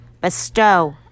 bestow